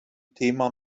thema